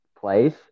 place